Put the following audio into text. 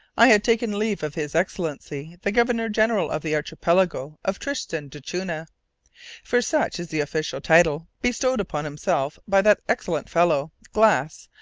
i had taken leave of his excellency the governor-general of the archipelago of tristan d'acunha for such is the official title bestowed upon himself by that excellent fellow, glass,